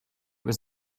was